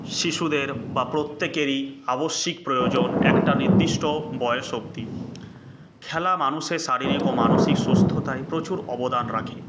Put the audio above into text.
শিশুদের বা প্রত্যেকেরই আবশ্যিক প্রয়োজন একটা নির্দিষ্ট বয়স অবধি খেলা মানুষের শারীরিক ও মানসিক সুস্থতায় প্রচুর অবদান রাখে